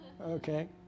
Okay